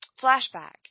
flashback